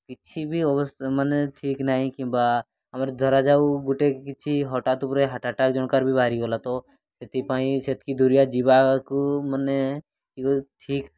କିଛି ବି ଅବସ୍ଥା ମାନେ ଠିକ୍ ନାହିଁ କିମ୍ବା ଆମର ଧରାଯାଉ ଗୋଟେ କିଛି ହଟାତ୍ ଉପରେ ହାର୍ଟ୍ ଆଟାକ୍ ଜଣକାର ବି ବାହାରିଗଲା ତ ସେଥିପାଇଁ ସେତିକି ଦୂରିଆ ଯିବାକୁ ମାନେ ଠିକ୍